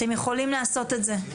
אתם יכולים לעשות את זה.